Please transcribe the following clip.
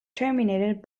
terminated